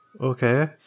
Okay